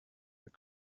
that